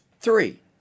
three